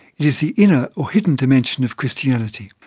it is the inner or hidden dimension of christianity,